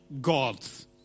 gods